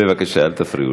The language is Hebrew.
בבקשה, אל תפריעו לה.